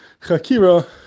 chakira